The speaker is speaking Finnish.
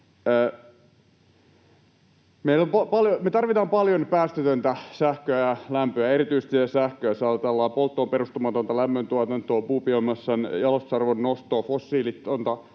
Me tarvitaan paljon päästötöntä sähköä ja lämpöä, erityisesti sähköä, jos ajatellaan polttoon perustumatonta lämmöntuotantoa, puubiomassan jalostusarvon nostoa, fossiilitonta